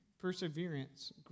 perseverance